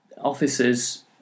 officers